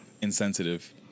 insensitive